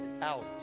out